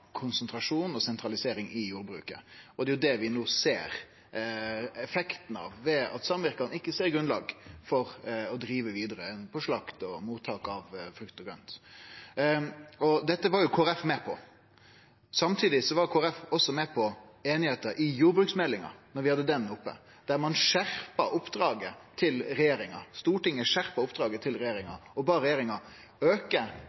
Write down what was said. konsentrasjon og sentralisering i jordbruket. Det er det vi no ser effekten av, ved at samvirka ikkje ser grunnlag for å drive vidare med slakt og mottak av frukt og grønt. Dette var jo Kristeleg Folkeparti med på. Samtidig var Kristeleg Folkeparti også med på einigheita i jordbruksmeldinga, da vi hadde den oppe, der ein skjerpa oppdraget til regjeringa – Stortinget skjerpa oppdraget til regjeringa og bad regjeringa auke